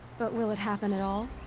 but will it happen at all.